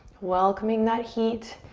welcoming that heat.